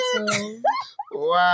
Wow